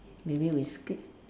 maybe we skip